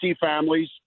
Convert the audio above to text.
families